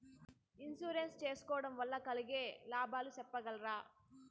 Insurance సేసుకోవడం వల్ల కలిగే లాభాలు సెప్పగలరా?